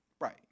Right